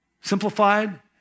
Simplified